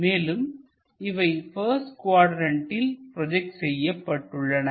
மேலும் இவை பஸ்ட் குவாட்ரண்ட்டில் ப்ரோஜெக்ட் செய்யப்பட்டுள்ளன